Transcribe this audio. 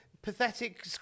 Pathetic